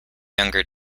younger